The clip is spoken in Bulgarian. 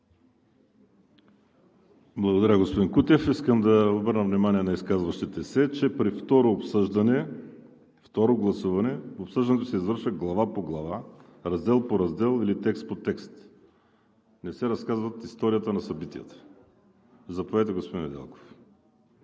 Благодаря, господин Кутев. Искам да обърна внимание на изказващите се, че при второ гласуване обсъждането се извършва глава по глава, раздел по раздел или текст по текст. Не се разказва историята на събитията. Реплики има ли? Няма.